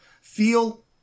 Feel